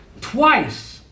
twice